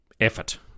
effort